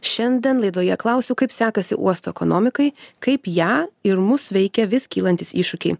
šiandien laidoje klausiu kaip sekasi uosto ekonomikai kaip ją ir mus veikia vis kylantys iššūkiai